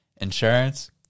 Insurance